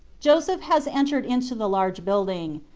joseph has entered into the large building.